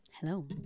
Hello